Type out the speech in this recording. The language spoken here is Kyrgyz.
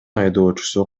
айдоочусу